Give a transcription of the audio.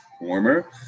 warmer